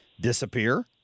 disappear